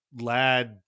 lad